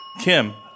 Kim